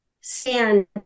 stand